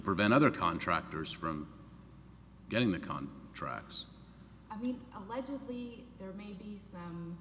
prevent other contractors from getting the con trucks and